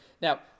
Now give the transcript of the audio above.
Now